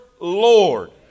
Lord